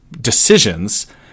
decisions